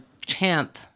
champ